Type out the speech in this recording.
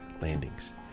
landings